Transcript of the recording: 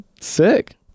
Sick